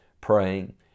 praying